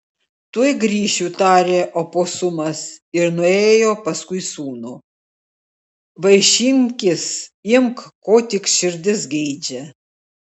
tuoj grįšiu tarė oposumas ir nuėjo paskui sūnų vaišinkis imk ko tik širdis geidžia